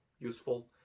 useful